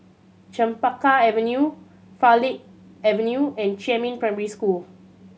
Chempaka Avenue Farleigh Avenue and Jiemin Primary School